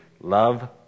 Love